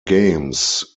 games